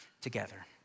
together